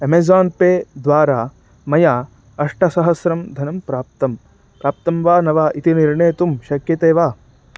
Amazon pay द्वारा मया अष्टसहस्रं धनं प्राप्तं प्राप्तं वा न वा इति निर्णेतुं शक्यते वा